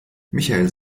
michael